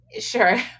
Sure